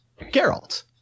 Geralt